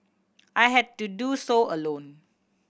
I had to do so alone